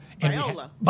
Viola